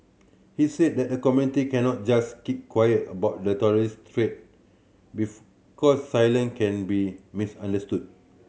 he said that the community cannot just keep quiet about the terrorist threat because silence can be misunderstood